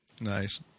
nice